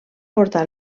portar